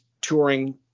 touring